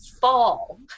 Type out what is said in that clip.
fall